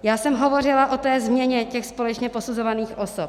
Já jsem hovořila o té změně společně posuzovaných osob.